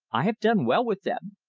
i have done well with them.